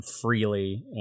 freely